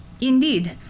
Indeed